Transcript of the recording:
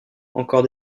encore